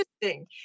interesting